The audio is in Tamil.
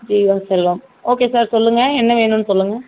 ஓகே சார் சொல்லுங்கள் என்ன வேணும்னு சொல்லுங்கள்